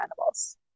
animals